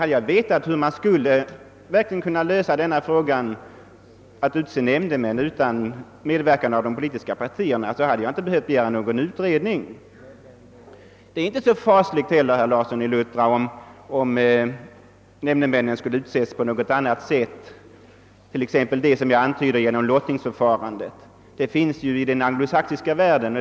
Hade jag vetat hur man verkligen skulle kunna utse nämndemän utan medverkan av de politiska partierna, hade jag inte behövt begära någon utredning. Det är inte så farligt, herr Larsson i Luttra, om nämndemännen skulle utses på annat sätt, t.ex. genom det system jag antydde, d.v.s. lottningsförfarandet. Detta system tillämpas i den anglosachsiska världen.